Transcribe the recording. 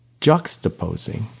juxtaposing